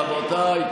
רבותיי,